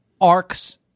arcs